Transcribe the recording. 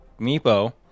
Meepo